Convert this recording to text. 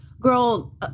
girl